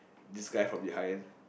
this guy from behind